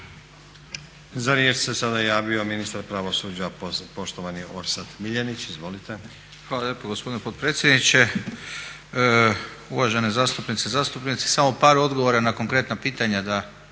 Za riječ se sada javio ministar pravosuđa poštovani Orsat Miljenić. Izvolite. **Miljenić, Orsat** Hvala lijepa gospodine potpredsjedniče, uvažene zastupnice i zastupnici. Samo par odgovora na konkretna pitanja